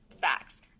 facts